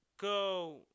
go